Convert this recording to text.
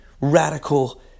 radical